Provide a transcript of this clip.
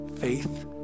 faith